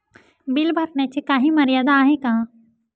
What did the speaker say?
Bill भरण्याची काही मर्यादा आहे का?